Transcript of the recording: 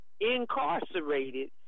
incarcerated